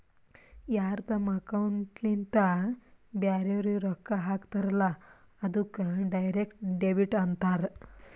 ಯಾರ್ ತಮ್ ಅಕೌಂಟ್ಲಿಂತ್ ಬ್ಯಾರೆವ್ರಿಗ್ ರೊಕ್ಕಾ ಹಾಕ್ತಾರಲ್ಲ ಅದ್ದುಕ್ ಡೈರೆಕ್ಟ್ ಡೆಬಿಟ್ ಅಂತಾರ್